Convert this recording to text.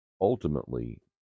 ultimately